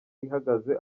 ihagaze